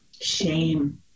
shame